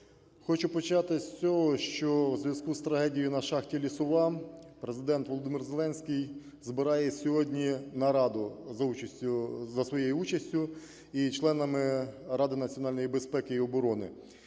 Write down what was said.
Хочу почати з того, що у зв'язку із трагедією на шахті "Лісова" Президент Володимир Зеленський збирає сьогодні нараду за участю… за своєї участі і членами Ради національної безпеки і оборони.